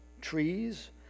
trees